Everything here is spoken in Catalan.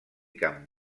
camp